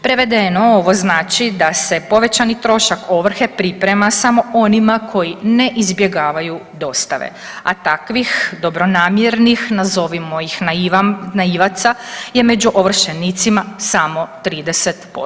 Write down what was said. Prevedeno, ovo znači da se povećani trošak ovrhe priprema samo onima koji ne izbjegavaju dostave, a takvih dobronamjernih nazovimo ih naivaca je među ovršenicima samo 30%